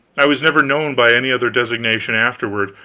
i was never known by any other designation afterward,